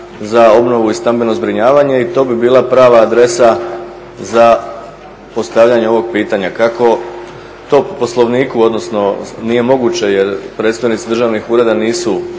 za obnovu i stambeno zbrinjavanje i to bi bila prava adresa za postavljanje ovog pitanja. Kako tog u Poslovniku odnosno nije moguće jer predstavnici državnih ureda nisu